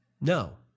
No